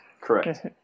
correct